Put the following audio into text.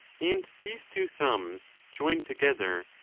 and these two sums, joined together,